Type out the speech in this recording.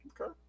Okay